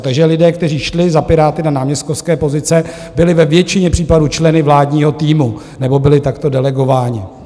Takže lidé, kteří šli za Piráty na náměstkovské pozice, byli ve většině případů členy vládního týmu nebo byli takto delegováni.